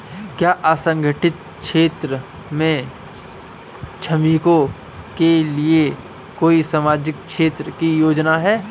क्या असंगठित क्षेत्र के श्रमिकों के लिए कोई सामाजिक क्षेत्र की योजना है?